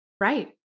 Right